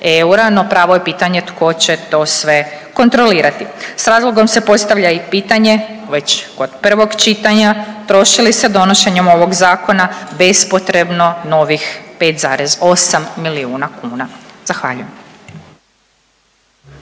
no pravo je pitanje tko će to sve kontrolirati. S razlogom se postavlja i pitanje već kod prvog čitanja, troši li se donošenjem ovog Zakona bespotrebno novih 5,8 milijuna kuna. Zahvaljujem.